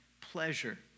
pleasure